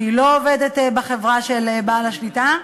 שהיא לא עובדת בחברה של בעל השליטה,